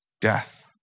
death